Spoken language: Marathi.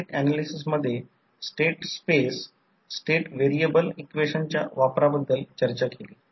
85 लॅगिंग पॉवर फॅक्टरवर आहे म्हणून I2 N2 I2 सर्व डेटा दिलेला आहे